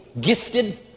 gifted